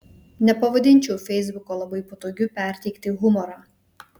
nepavadinčiau feisbuko labai patogiu perteikti humorą